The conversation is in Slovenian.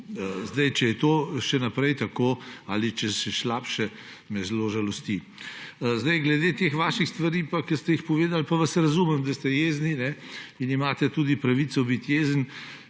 smo. Če je to še naprej tako ali če je še slabše, me zelo žalosti. Glede teh vaših stvari, ki ste jih povedali, pa vas razumem, da ste jezni in imate tudi pravico biti jezni,